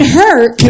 hurt